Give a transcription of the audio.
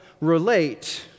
relate